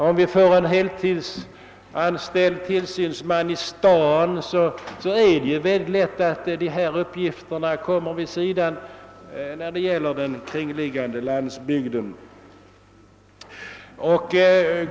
Om staden-kommunen anställer en tillsynsman på heltid, så kan den kringliggande landsbygden lätt bli försummad i vad avser den här verksamheten.